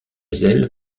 zèle